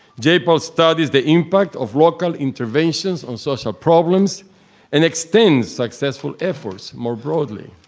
j-pal studies the impact of local interventions on social problems and extends successful efforts more broadly.